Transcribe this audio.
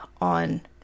on